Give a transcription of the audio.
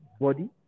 body